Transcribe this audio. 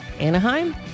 Anaheim